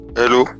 hello